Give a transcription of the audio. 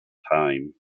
time